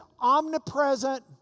omnipresent